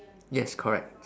yes correct